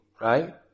right